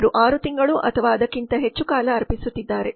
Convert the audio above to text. ಅವರು 6 ತಿಂಗಳು ಅಥವಾ ಅದಕ್ಕಿಂತ ಹೆಚ್ಚು ಕಾಲ ಅರ್ಪಿಸುತ್ತಿದ್ದಾರೆ